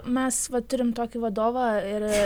mes va turim tokį vadovą ir